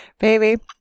Baby